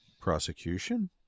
prosecution